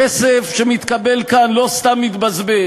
כסף שמתקבל כאן לא סתם מתבזבז.